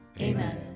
Amen